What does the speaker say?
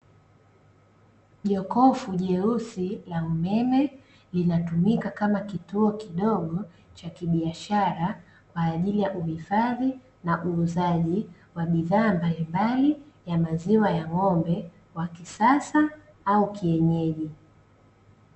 Jokofu jeusi la umeme linatumika kama kituo kidogo cha kibiashara kwa ajili ya uhifadhi na uuzaji wa bidhaa mbalimbali ya maziwa ya ng'ombe, wa kisasa au kienyeji.